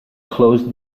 closed